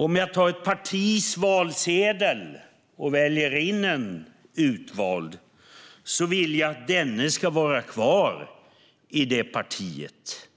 Om jag tar ett partis valsedel och väljer in en utvald person vill jag att denne ska vara kvar i det partiet,